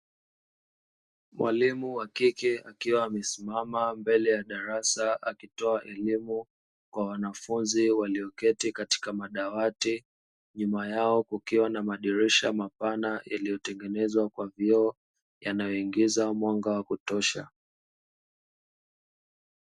Mwalimu wa kike akiwa amesimama mbele ya darasa akitoa elimu kwa wanafunzi walioketi katika madawati nyuma yao kukiwa na madirisha mapana iliyotengenezwa kwa vioo yanayoingiza mwanga wa kutosha.